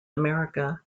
america